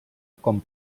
com